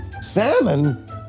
Salmon